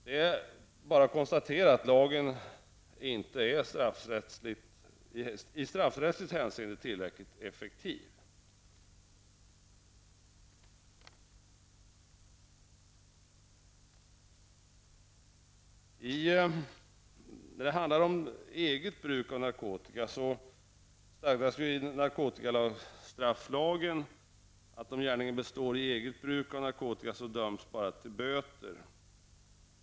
Det är bara att konstatera att lagen i straffrättsligt hänseende inte är tillräckligt effektiv. Angående eget bruk av narkotika stadgas i narkotikastrafflagen att om gärningen består i ett eget bruk av narkotika döms bara till böter.